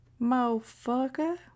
Motherfucker